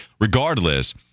Regardless